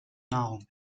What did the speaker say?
nahrung